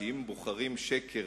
שאם בוחרים שקר